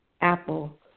apple